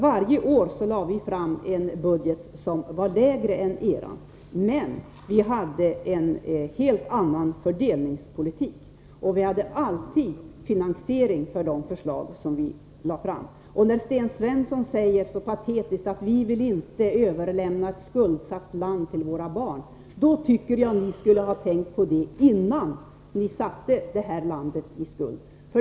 Varje år lade vi fram en budget som var lägre än er, men vi hade en helt annan fördelningspolitik och vi hade alltid finansiering för våra förslag. Sten Svensson säger så patetiskt att vi inte får överlämna ett skuldsatt land till våra barn. Jag tycker att ni skulle ha tänkt på det innan ni satte det här landet i skuld.